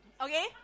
Okay